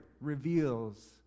reveals